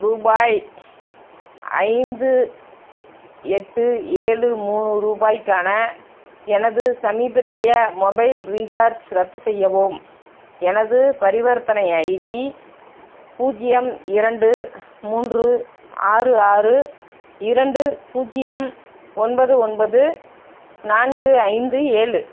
ரூபாய் ஐந்து எட்டு ஏழு மூணு ரூபாய்க்கான எனது சமீபத்திய மொபைல் ரீசார்ஜ் ரத்து செய்யவும் எனது பரிவர்த்தனை ஐடி பூஜ்ஜியம் இரண்டு மூன்று ஆறு ஆறு இரண்டு பூஜ்ஜியம் ஒன்பது ஒன்பது நான்கு ஐந்து ஏழு